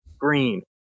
Green